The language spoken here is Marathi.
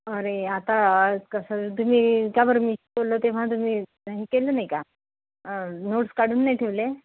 अरे आता कसं तुम्ही का बरं मी बोललं तेव्हा तुम्ही हे केलं नाही का नोट्स काढून नाही ठेवले